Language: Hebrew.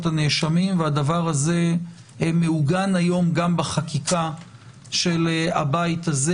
הנאשמים והדבר הזה מעוגן היום גם בחקיקה של הבית הזה